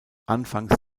anfangs